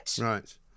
right